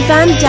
Van